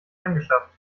angeschafft